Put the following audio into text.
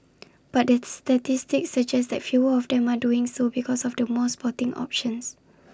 but it's the statistics suggest that fewer of them are doing so because of the more sporting options